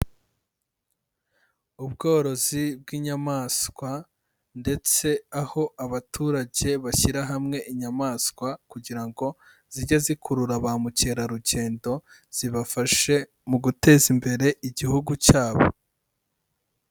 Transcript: Ubworozi bw'inyamaswa ndetse aho abaturage bashyira hamwe inyamaswa kugira ngo zijye zikurura ba mukerarugendo, zibafasha mu guteza imbere igihugu cyabo.